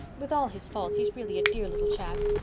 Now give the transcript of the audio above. with all his faults he's really a dear little chap.